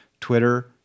Twitter